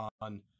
on